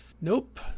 Nope